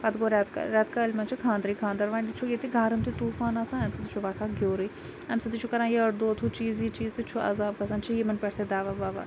پَتہِ گوٚو ریٚتہٕ کالہِ ریٚتہٕ کالہِ مَنٛز چھُ خانٛدرٕے خانٛدَر وۄنۍ چھُ ییٚتہِ گرم تہِ طوفان آسان امہِ سۭتۍ تہِ چھُ ووتھان گیورٕے امہِ سۭتۍ تہِ چھُ کَران یٔڈ دود ہہُ چیٖز یہِ چیٖز تہٕ چھُ عَذاب گَژھان چھُ یِمَن پٮ۪ٹھ تہِ دَوا وَوا